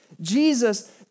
Jesus